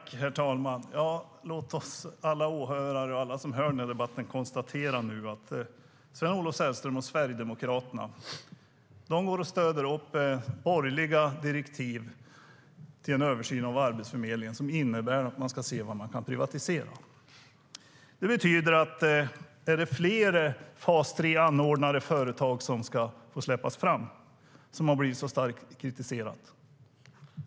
Herr talman! Låt oss alla som hör denna debatt konstatera att Sven-Olof Sällström och Sverigedemokraterna stöder borgerliga direktiv till en översyn av Arbetsförmedlingen som innebär att man ska se vad man kan privatisera. Betyder det att fler företag som anordnar fas 3 ska släppas fram? De har ju blivit starkt kritiserade.